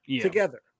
together